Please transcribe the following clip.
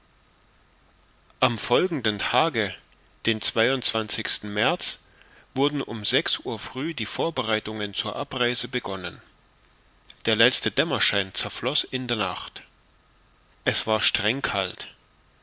am folgenden tage den märz wurden um sechs uhr früh die vorbereitungen zur abreise begonnen der letzte dämmerschein zerfloß in nacht es war